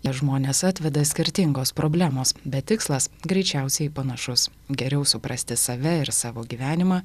jei žmones atveda skirtingos problemos bet tikslas greičiausiai panašus geriau suprasti save ir savo gyvenimą